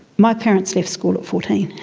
my parents left school at fourteen,